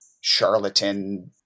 charlatan